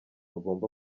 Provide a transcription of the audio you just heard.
agomba